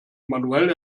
manuell